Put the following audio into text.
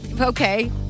Okay